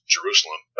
Jerusalem